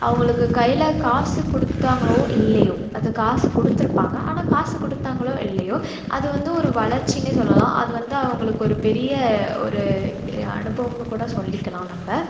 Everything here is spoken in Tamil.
அவர்களுக்கு கையில் காசு கொடுத்தாங்களோ இல்லையோ அது காசு கொடுத்துருப்பாங்க ஆனால் காசு கொடுத்தாங்களோ இல்லையோ அதுவந்து ஒரு வளர்ச்சினே சொல்லலாம் அதுவந்து அவர்களுக்கு ஒரு பெரிய ஒரு அனுபவம்னு கூட சொல்லிக்கலாம் நம்ம